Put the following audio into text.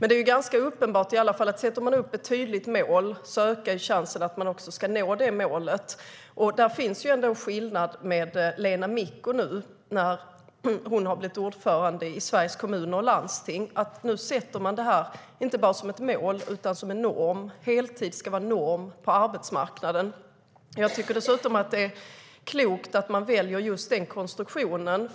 Det är uppenbart att om ett tydligt mål sätts upp ökar chansen att också nå målet. Där finns ändå en skillnad med Lena Micko, ordförande i Sveriges Kommuner och Landsting. Nu är heltid inte bara ett mål utan också en norm. Heltid ska vara norm på arbetsmarknaden. Det är klokt att man väljer den konstruktionen.